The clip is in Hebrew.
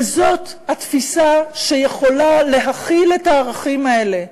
וזאת התפיסה שיכולה להכיל את הערכים האלה,